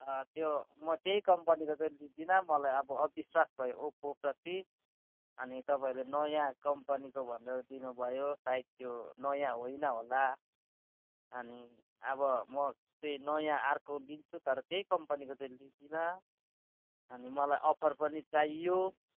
त्यो म त्यही कम्पनीको चाहिँ लिदिनँ मलाई अब अविश्वास भयो ओप्पोप्रति अनि तपाईँहरूले नयाँ कम्पनीको भनेर दिनुभयो सायद त्यो नयाँ होइन होला अनि अब म चाहिँ नयाँ अर्को लिन्छु तर त्यही कम्पनीको चाहिँ लिदिनँ अनि मलाई अफर पनि चाहियो